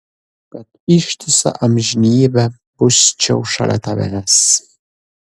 kad ištisą amžinybę busčiau šalia tavęs